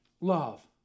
love